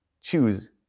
choose